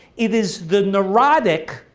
it is the neurotic,